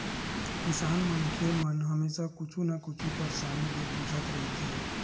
किसान मनखे मन हमेसा कुछु न कुछु परसानी ले जुझत रहिथे